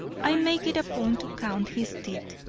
i make it a point to count his teeth,